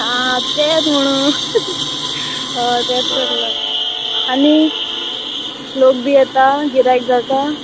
आं तेच म्हणून हय तेंत चललां आनी लोक बी येता गिरायक जाता